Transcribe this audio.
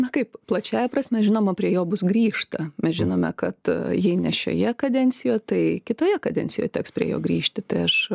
na kaip plačiąja prasme žinoma prie jo bus grįžta mes žinome kad jei ne šioje kadencijoje tai kitoje kadencijoje teks prie jo grįžti tai aš